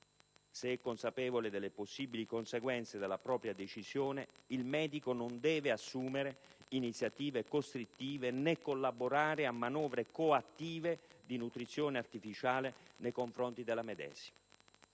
se è consapevole delle possibili conseguenze della propria decisione, il medico non deve assumere iniziative costrittive né collaborare a manovre coattive di nutrizione artificiale nei confronti della medesima,